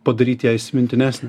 padaryt ją įsimintinesnę